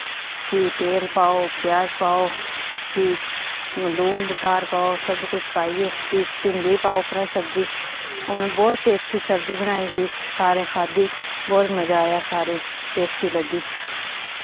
कि तेल पाओ प्याज पाओ फ्ही लून बसार पाओ सब किश पाइयै फ्ही भिंडी पाओ उप्परां सब्जी ओ में बहुत टेस्टी सब्जी बनाई ही सारैं खाद्धी बहुत मजा आया सारें टेस्टी लग्गी